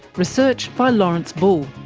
research by lawrence bull,